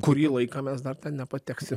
kurį laiką mes dar ten nepateksi